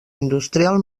industrial